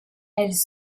elles